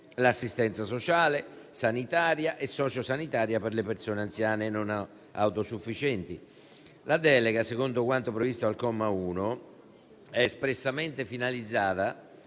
l'assistenza sociale, sanitaria e sociosanitaria per le persone anziane non autosufficienti. La delega, secondo quanto previsto dal comma 1, è espressamente finalizzata